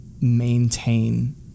maintain